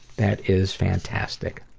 that is fantastic.